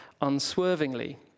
unswervingly